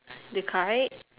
the kite